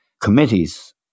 committees